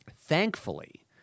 thankfully